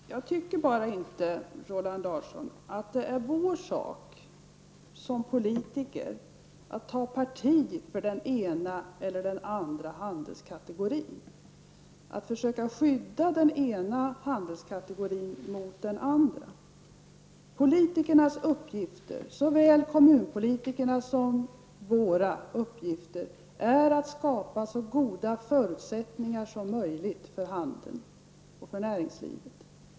Herr talman! Jag tycker bara inte, Roland Larsson, att det är vår sak som politiker att ta parti för den ena eller andra handelskategorin, att försöka skydda den ena handelskategorin mot den andra. Såväl kommunalpolitikernas som våra uppgifter är att skapa så goda förutsätttningar som möjligt för handeln och för näringslivet.